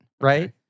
right